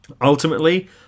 ultimately